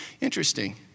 Interesting